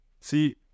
See